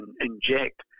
inject